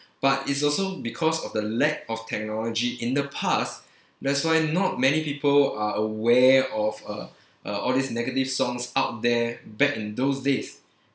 but it's also because of the lack of technology in the past that's why not many people are aware of uh uh all these negative songs out there back in those days